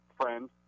friend